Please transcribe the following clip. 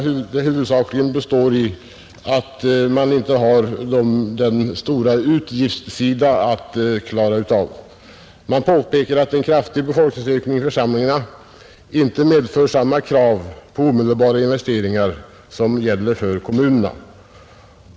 Detta beror huvudsakligen på att församlingarna inte har den stora utgiftssida att klara upp som kommunerna har. Man påpekar också att en kraftig befolkningsökning i församlingarna inte medför samma krav på omedelbara investeringar som gäller för kommunerna.